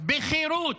-- בחירות,